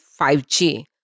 5G